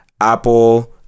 apple